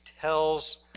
tells